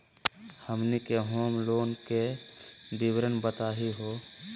हमनी के home loan के विवरण बताही हो?